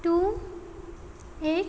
two eight